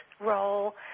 role